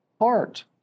heart